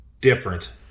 different